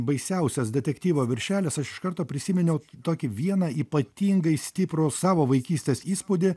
baisiausias detektyvo viršelis aš iš karto prisiminiau tokį vieną ypatingai stiprų savo vaikystės įspūdį